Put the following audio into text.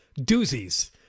doozies